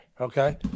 okay